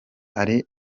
hari